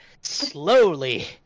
slowly